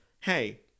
Hey